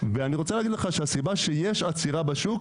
ואני רוצה להגיד לך שהסיבה שיש עצירה בשוק,